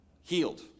Healed